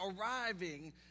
arriving